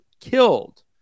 killed